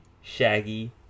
shaggy